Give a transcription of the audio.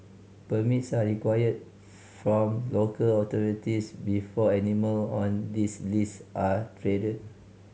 permits are required from local authorities before animal on this list are traded